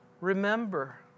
Remember